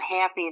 happy